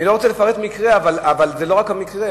אני לא רוצה לפרט מקרה, אבל זה לא רק המקרה.